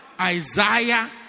Isaiah